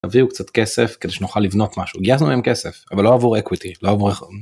תביאו קצת כסף כדי שנוכל לבנות משהו, גייסנו להם כסף, אבל לא עבור אקוויטי, לא עבור...